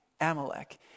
Amalek